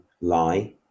lie